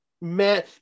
Man